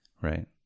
Right